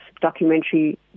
documentary